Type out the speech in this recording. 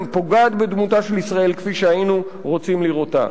הפוגעת בדמותה של ישראל כפי שהיינו רוצים לראותה.